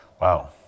Wow